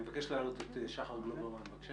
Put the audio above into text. אני מבקש להעלות את שחר גלוברמן, בבקשה